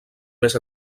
més